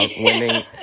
winning